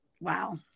Wow